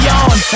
on